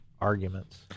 arguments